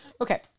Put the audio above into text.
Okay